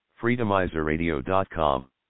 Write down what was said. Freedomizerradio.com